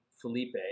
Felipe